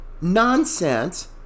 nonsense